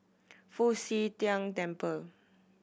Fu Xi Tang Temple